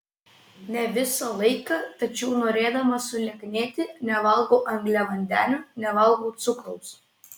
ne visą laiką tačiau norėdama sulieknėti nevalgau angliavandenių nevalgau cukraus